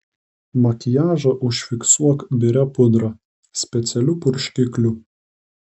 makiažą užfiksuok biria pudra specialiu purškikliu